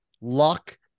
luck